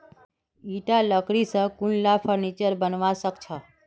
ईटा लकड़ी स कुनला फर्नीचर बनवा सख छ